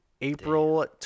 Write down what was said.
april